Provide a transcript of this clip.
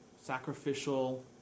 sacrificial